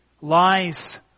Lies